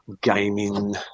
gaming